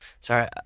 sorry